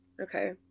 Okay